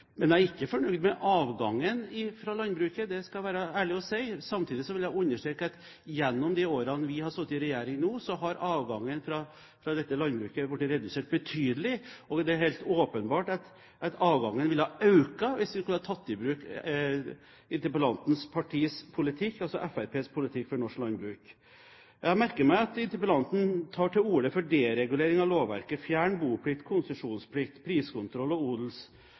Men jeg er ikke fornøyd med avgangen fra landbruket, det skal jeg være ærlig og si. Samtidig vil jeg understreke at gjennom de årene vi har sittet i regjering nå, har avgangen fra landbruket blitt redusert betydelig. Og det er helt åpenbart at avgangen ville ha økt hvis vi skulle ha tatt i bruk politikken til interpellantens parti, Fremskrittspartiet, for norsk landbruk. Jeg merker meg at interpellanten tar til orde for deregulering av lovverket: fjerne boplikt, konsesjonsplikt, priskontroll,